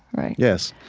right? yes.